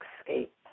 escape